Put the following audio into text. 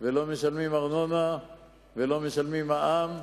ולא משלמים ארנונה ולא משלמים מע"מ.